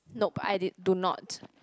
nope I did do not